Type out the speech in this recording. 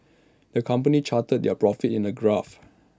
the company charted their profits in A graph